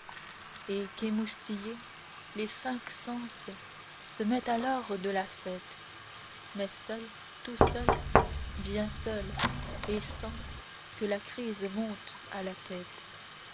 et qu'émoustillés les cinq sens se mettent alors de la fête mais seuls tout seuls bien seuls et sans que la crise monte à la tête